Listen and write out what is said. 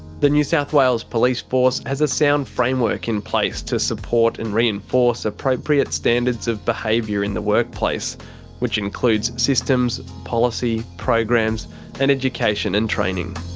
the new south wales police force has a sound framework in place to support and reinforce appropriate standards of behaviour in the workplace which includes systems, policy, programs and education and training.